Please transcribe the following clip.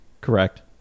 Correct